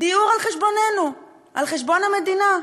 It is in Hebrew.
דיור על חשבוננו, על חשבון המדינה.